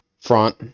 Front